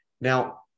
Now